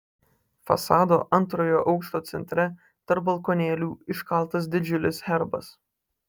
fasado antrojo aukšto centre tarp balkonėlių iškaltas didžiulis herbas